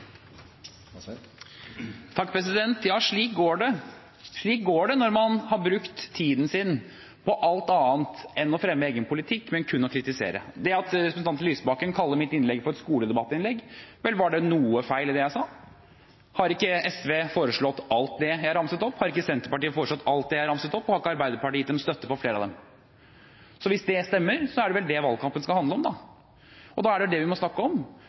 Ja, slik går det når man har brukt tiden sin på alt annet enn å fremme egen politikk, kun på å kritisere. Representanten Lysbakken kaller mitt innlegg for et skoledebattinnlegg. Vel, var det noe feil i det jeg sa? Har ikke SV foreslått alt det jeg ramset opp? Har ikke Senterpartiet foreslått alt det jeg ramset opp? Og har ikke Arbeiderpartiet gitt sin støtte til mye av dette? Hvis det stemmer, er det vel det valgkampen skal handle om. Da er det det vi må snakke om.